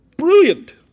Brilliant